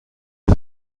sie